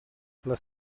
les